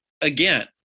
again